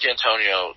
Antonio